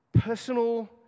personal